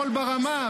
קול ברמה,